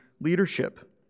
leadership